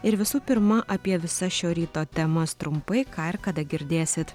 ir visų pirma apie visas šio ryto temas trumpai ką ir kada girdėsit